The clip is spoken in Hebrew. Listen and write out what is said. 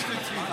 שיגיד